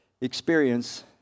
experience